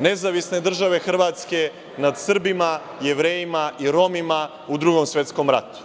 Nezavisne države Hrvatske nad Srbima, Jevrejima i Romima u Drugom svetskom ratu.